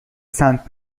سنت